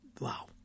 wow